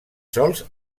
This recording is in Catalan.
sols